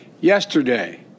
Yesterday